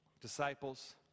disciples